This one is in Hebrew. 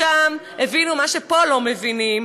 שם הבינו מה שפה לא מבינים,